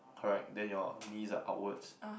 correct then your knees are outwards